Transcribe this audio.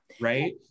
Right